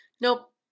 Nope